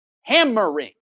hammering